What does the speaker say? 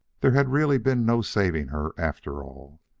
there had really been no saving her, after all.